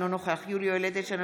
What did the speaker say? אינו נוכח יולי יואל אדלשטיין,